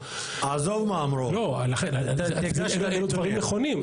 אתה תיגש לנתונים הפיזיים.